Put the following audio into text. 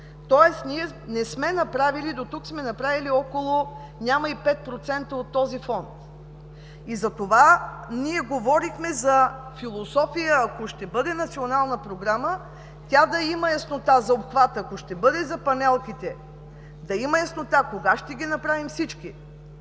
хиляди население. Тоест дотук сме направили около, няма и 5% от този фонд. Затова ние говорим за философия – ако ще бъде национална програма, тя да има яснота за обхват, ако ще бъде за панелките – да има яснота кога ще ги направим всичките,